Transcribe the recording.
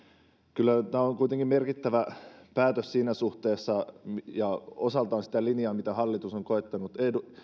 kyllä tämä on kuitenkin merkittävä päätös siinä suhteessa ja on osaltaan sitä linjaa mitä hallitus on koettanut